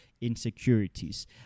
insecurities